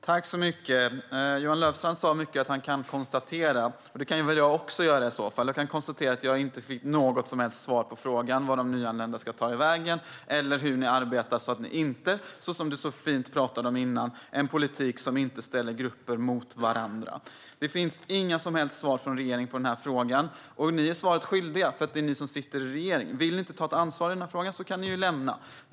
Herr talman! Johan Löfstrand sa många gånger att han kan konstatera det ena och det andra. Det kan jag också göra i så fall: Jag kan konstatera att jag inte fick något som helst svar på frågan om vart de nyanlända ska ta vägen eller hur ni arbetar med att föra en politik som, som du så fint pratade om tidigare, inte ställer grupper mot varandra. Det finns inga som helst svar från regeringen på dessa frågor, och ni är svaret skyldiga eftersom det är ni som sitter i regeringen. Om ni inte vill ta ansvar i de här frågorna kan ni lämna regeringsmakten.